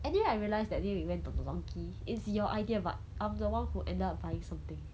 anyway I realise that day we went to don don donki is your idea but I'm the one who ended up buying something